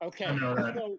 Okay